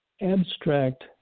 abstract